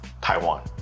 Taiwan